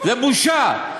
זה בושה.